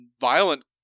violent